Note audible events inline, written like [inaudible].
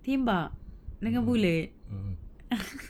tembak dengan bullet [laughs]